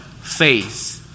faith